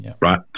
right